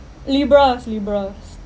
libras libras